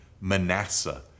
Manasseh